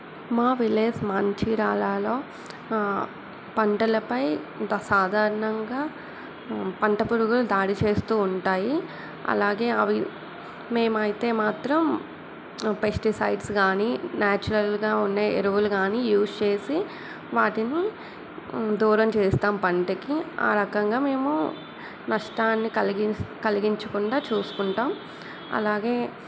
మా విలేజ్ మంచిర్యాలలో పంటలపై ప సాధారణంగా పంట పురుగులు దాడి చేస్తూ ఉంటాయి అలాగే అవి మేమైతే మాత్రం పెస్టిసైడ్స్ కానీ నేచురల్గా ఉండే ఎరువులు కానీ యూజ్ చేసి వాటిని దూరం చేస్తాం పంటకి ఆ రకంగా మేము నష్టాన్ని కలిగిం కలిగించకుండా చూసుకుంటాం అలాగే